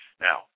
Now